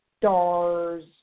stars